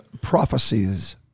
prophecies